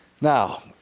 Now